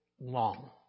long